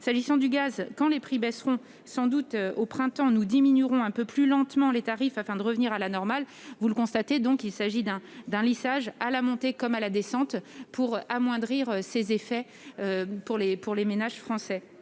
S'agissant du gaz, quand les prix baisseront- sans doute au printemps -, nous diminuerons un peu plus lentement les tarifs afin de revenir à la normale. Il s'agit d'un lissage, à la montée comme à la descente, de manière à en amoindrir les effets pour les ménages français.